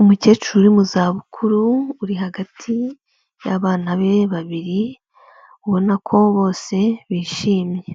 Umukecuru uri mu zabukuru, uri hagati y'abana be babiri, ubona ko bose bishimye,